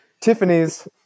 Tiffany's